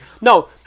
No